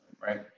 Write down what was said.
right